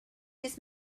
this